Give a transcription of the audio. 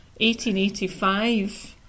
1885